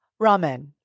Ramen